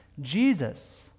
Jesus